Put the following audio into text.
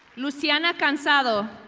luciana ganzalo,